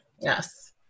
yes